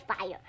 fire